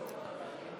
הליכוד,